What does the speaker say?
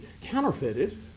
counterfeited